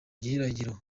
gihirahiro